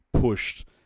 pushed